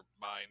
mind